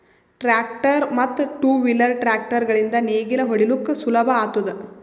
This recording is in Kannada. ಟ್ರ್ಯಾಕ್ಟರ್ ಮತ್ತ್ ಟೂ ವೀಲ್ ಟ್ರ್ಯಾಕ್ಟರ್ ಗಳಿಂದ್ ನೇಗಿಲ ಹೊಡಿಲುಕ್ ಸುಲಭ ಆತುದ